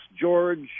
George